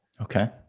Okay